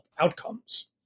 outcomes